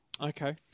Okay